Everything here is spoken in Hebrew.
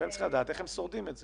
והם צריכים לדעת איך הם שורדים את זה.